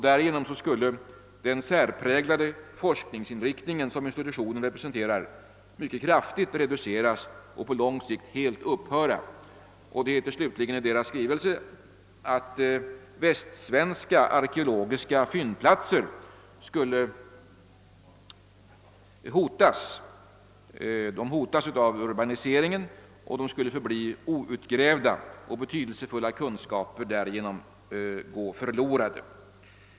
Därigenom skulle den särpräglade forskningsinriktningen, som institutionen representerar, mycket kraftigt reduceras och på lång sikt helt upphöra.» Slutligen heter det i skrivelsen att västsvenska arkeologiska fyndplatser hotas av urbaniseringen och skulle förbli outgrävda, varigenom betydelsefulla kunskaper skulle gå förlorade.